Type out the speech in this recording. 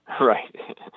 Right